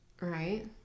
Right